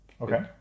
Okay